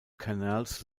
canals